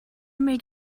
make